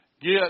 Get